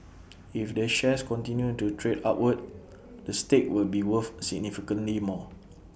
if the shares continue to trade upward the stake will be worth significantly more